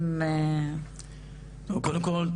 קודם כל,